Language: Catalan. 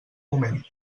moment